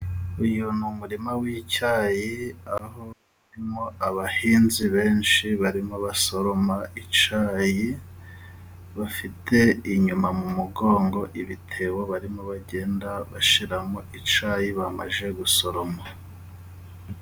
Uyu ni umurima w'icyayi aho urimo abahinzi benshi barimo basoroma icyayi. Bafite inyuma mu mugongo ibitebo barimo bagenda bashyiramo icyayi bamaze gusoroma.